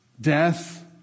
death